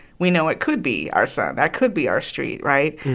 we know it could be our son. that could be our street, right?